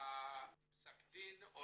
פסק הדין או